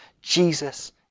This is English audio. Jesus